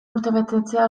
urtebetetzea